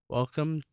Welcome